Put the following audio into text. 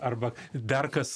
arba dar kas